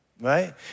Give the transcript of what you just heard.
right